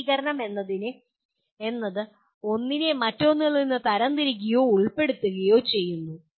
വർഗ്ഗീകരണം എന്നത് ഒന്നിനെ മറ്റൊന്നിൽ നിന്ന് തരംതിരിക്കുകയോ ഉൾപ്പെടുത്തുകയോ ചെയ്യുന്നു